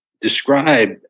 describe